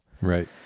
Right